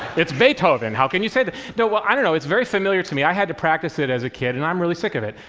it's beethoven, how can you say that? no, well, i don't know, it's very familiar to me. i had to practice it as a kid, and i'm really sick of it.